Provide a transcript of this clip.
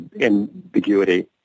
ambiguity